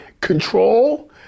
control